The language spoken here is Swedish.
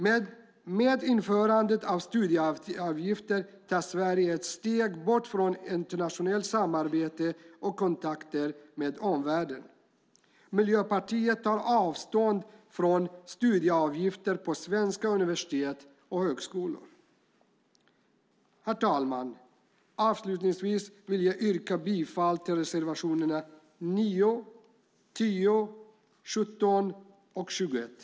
Men med införandet av studieavgifter tar Sverige ett steg bort från internationellt samarbete och kontakter med omvärlden. Miljöpartiet tar avstånd från studieavgifter på svenska universitet och högskolor. Herr talman! Jag vill yrka bifall till reservationerna 9, 10, 17 och 21.